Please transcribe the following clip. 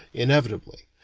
inevitably,